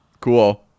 cool